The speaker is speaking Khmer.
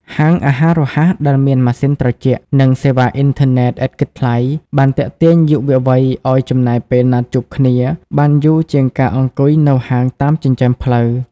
ហាងអាហាររហ័សដែលមានម៉ាស៊ីនត្រជាក់ និងសេវាអ៊ីនធឺណិតឥតគិតថ្លៃ បានទាក់ទាញយុវវ័យឱ្យចំណាយពេលណាត់ជួបគ្នាបានយូរជាងការអង្គុយនៅហាងតាមចិញ្ចើមផ្លូវ។